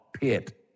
pit